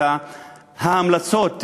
את ההמלצות,